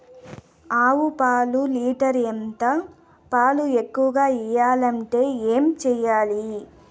ఆవు పాలు లీటర్ ఎంత? పాలు ఎక్కువగా ఇయ్యాలంటే ఏం చేయాలి?